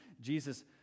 Jesus